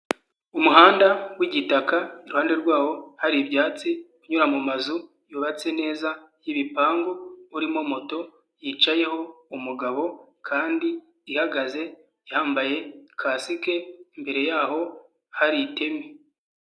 Umuhanda wigitaka iruhande rwawo hari ibyatsi unyura mu mazu yubatse neza y'ibipangu urimo moto yicayeho umugabo kandi ihagaze yambaye kasike imbere yaho hari iteme.